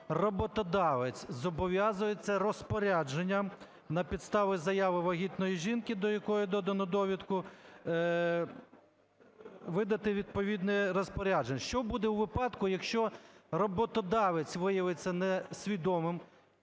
роботодавець зобов'язується розпорядженням на підставі заяви вагітної жінки, до якої додано довідку, видати відповідне розпорядження. Що буде у випадку, якщо роботодавець виявиться несвідомим